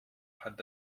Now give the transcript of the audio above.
hat